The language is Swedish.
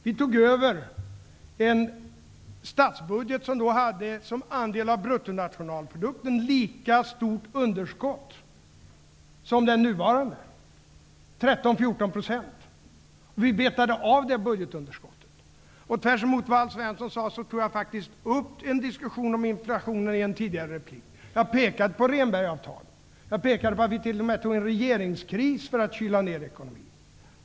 Vi tog över en statsbudget som då hade ett lika stort underskott som den nuvarande budgeten, 13--14 %, räknat som andel av bruttonationalprodukten. Vi betade av det budgetunderskottet. Tvärtemot vad Alf Svensson sade tog jag faktiskt upp en diskussion om inflationen i en tidigare replik. Jag har pekat på Rehnbergavtalet. Jag pekade på att vi t.o.m. tog en regeringskris för att kyla ned ekonomin.